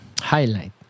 highlight